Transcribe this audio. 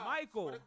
Michael